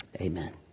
amen